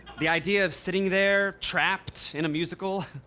the idea of sitting there, trapped in a musical.